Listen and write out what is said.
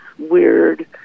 weird